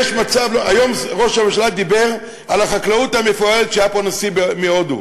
היום ראש הממשלה דיבר על החקלאות המפוארת כשהיה פה נשיא הודו.